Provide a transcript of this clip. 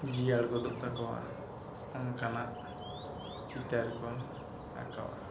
ᱡᱤᱭᱟᱹᱲ ᱜᱚᱫᱚᱜ ᱛᱟᱠᱚᱣᱟ ᱚᱱᱠᱟᱱᱟᱜ ᱪᱤᱛᱟᱹᱨ ᱠᱚ ᱟᱸᱠᱟᱣᱟ